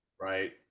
Right